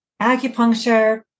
acupuncture